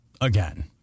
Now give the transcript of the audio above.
again